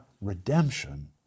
redemption